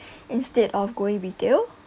instead of going retail